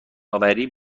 اوری